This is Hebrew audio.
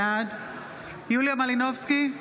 בעד יוליה מלינובסקי,